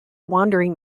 wandering